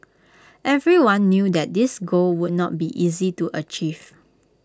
everyone knew that this goal would not be easy to achieve